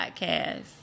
podcast